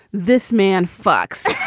this man fox,